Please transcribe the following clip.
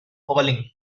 falling